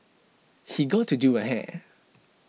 she got to do her hair